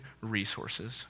resources